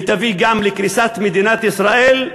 ותביא גם לקריסת מדינת ישראל,